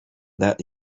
that